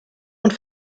und